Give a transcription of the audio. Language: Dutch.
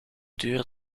duur